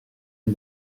est